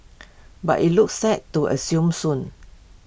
but IT looks set to assume soon